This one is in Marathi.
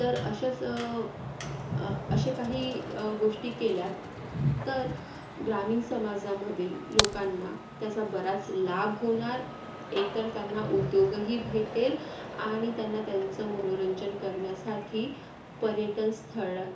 तर अशाच असे काही गोष्टी केल्या तर ग्रामीण समाजामध्ये लोकांना त्याचा बराच लाभ होणार एक तर त्यांना उद्योगही भेटेल आणि त्यांना त्यांचं मनोरंजन करण्यासाठी पर्यटनस्थळ